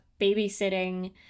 babysitting